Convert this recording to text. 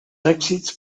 èxits